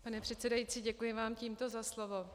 Pane předsedající, děkuji vám tímto za slovo.